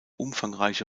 umfangreiche